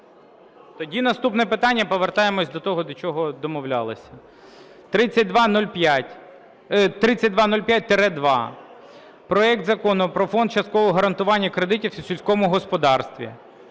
Тоді наступне питання. Повертаємося до того, до чого домовлялися. 3205, 3205-2 проект Закону про Фонд часткового гарантування кредитів у сільському господарстві.